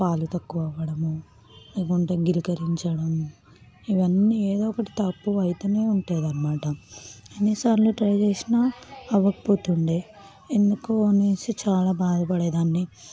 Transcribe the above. పాలు తక్కువవ్వడము లేకుంటే గిలకరించడం ఇవన్నీ ఏదొకటి తక్కువవుతూనే ఉండేదనమాట ఎన్నిసార్లు ట్రై చేసినా అవ్వకపోతుండే ఎందుకో అనేసి చాలా బాధపడేదాన్ని